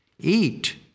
eat